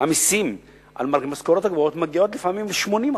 המסים על המשכורות הגבוהות מגיעים לפעמים ל-80%,